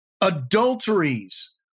adulteries